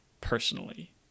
personally